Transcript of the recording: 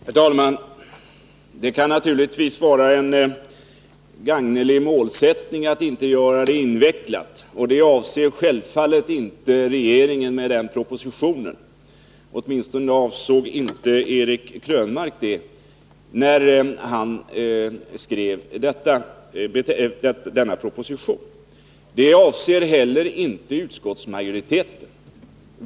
Herr talman! Det kan naturligtvis vara en gagnelig målsättning att inte göra det invecklat — och det avser självfallet inte regeringen med propositionen. Åtminstone avsåg inte Eric Krönmark det när han skrev denna proposition. Det avser inte heller utskottsmajoriteten.